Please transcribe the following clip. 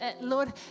Lord